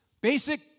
Basic